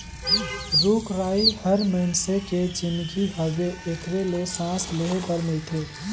रुख राई हर मइनसे के जीनगी हवे एखरे ले सांस लेहे बर मिलथे